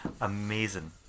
Amazing